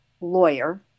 lawyer